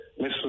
Mr